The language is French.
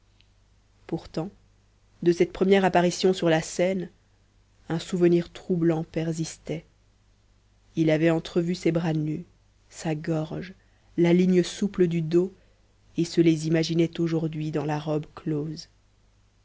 pourtant de cette première apparition sur la scène un souvenir troublant persistait il avait entrevu ses bras nus sa gorge la ligne souple du dos et se les imaginait aujourd'hui dans la robe close